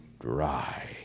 dry